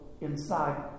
inside